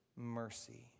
mercy